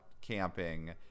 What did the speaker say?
camping